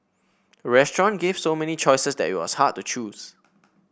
the restaurant gave so many choices that it was hard to choose